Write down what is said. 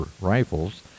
rifles